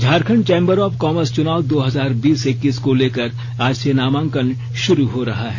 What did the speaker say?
Jharkhand chamber of commerce चुनाव दो हजार बीस इक्कीस को लेकर आज से नामांकन शुरू हो रहा है